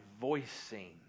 voicing